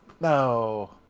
No